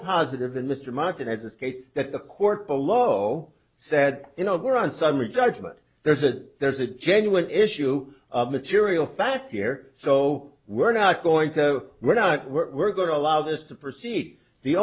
positive and mr martin as this case that the court below said you know where on summary judgment there's a there's a genuine issue of material fact here so we're not going to we're not we're going to allow this to proceed the